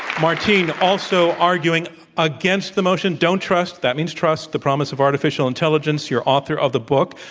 martine also arguing against the motion, don't trust that means trust, the promise of artificial intelligence. you're author of the book,